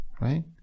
right